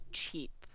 cheap